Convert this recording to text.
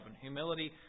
Humility